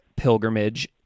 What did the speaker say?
pilgrimage